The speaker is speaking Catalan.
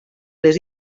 les